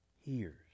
hears